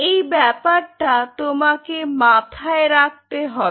এই ব্যাপারটা তোমাকে মাথায় রাখতে হবে